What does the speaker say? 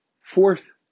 fourth